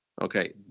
Okay